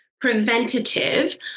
preventative